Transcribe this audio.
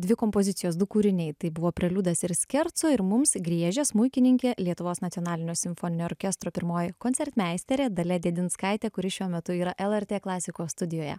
dvi kompozicijos du kūriniai tai buvo preliudas ir skerco ir mums griežė smuikininkė lietuvos nacionalinio simfoninio orkestro pirmoji koncertmeisterė dalia dėdinskaitė kuri šiuo metu yra lrt klasikos studijoje